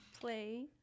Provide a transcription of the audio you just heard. Play